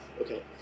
Okay